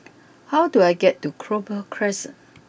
how do I get to Clover Crescent